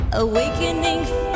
awakening